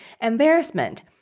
embarrassment